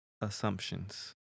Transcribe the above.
assumptions